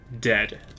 dead